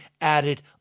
added